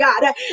God